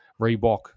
Reebok